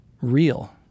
real